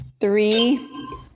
three